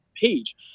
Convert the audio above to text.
Page